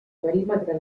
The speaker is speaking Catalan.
perímetre